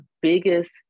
biggest